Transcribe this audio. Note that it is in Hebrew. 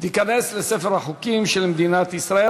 ותיכנס לספר החוקים של מדינת ישראל.